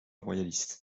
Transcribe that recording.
royaliste